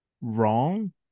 wrong